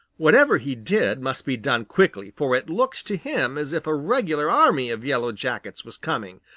whatever he did must be done quickly, for it looked to him as if a regular army of yellow jackets was coming,